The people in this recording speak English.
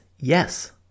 yes